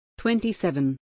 27